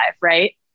Right